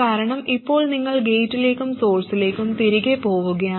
കാരണം ഇപ്പോൾ നിങ്ങൾ ഗേറ്റിലേക്കും സോഴ്സിലേക്കും തിരികെ പോവുകയാണ്